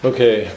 Okay